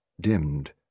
dimmed